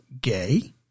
gay